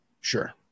sure